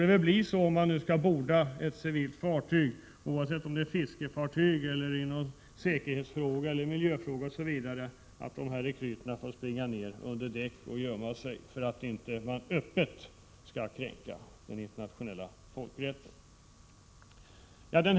Och om ett sådant bevakningsfartyg skall borda ett civilt fartyg — oavsett om det gäller fiske eller någon säkerhetseller miljöfråga — kommer det väl att bli så att rekryterna får springa ned och gömma sig under däck för att man inte öppet skall kränka den internationella folkrätten.